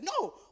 No